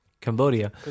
cambodia